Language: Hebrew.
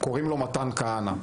קוראים לו מתן כהנא,